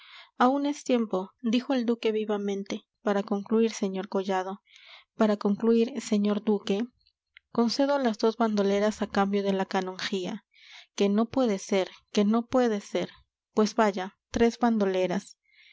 aún es tiempo dijo el duque vivamente para concluir sr collado para concluir señor duque concedo las dos bandoleras a cambio de la canonjía que no puede ser que no puede ser pues vaya tres bandoleras